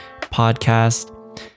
podcast